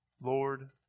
Lord